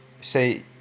say